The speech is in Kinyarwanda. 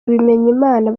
bimenyimana